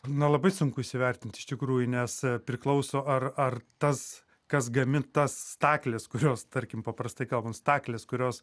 na labai sunku įsivertint iš tikrųjų nes priklauso ar ar tas kas gamin tas staklės kurios tarkim paprastai kalbant staklės kurios